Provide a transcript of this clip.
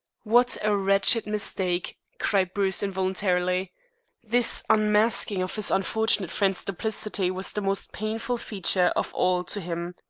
what a wretched mistake, cried bruce involuntarily. this unmasking of his unfortunate friend's duplicity was the most painful feature of all to him.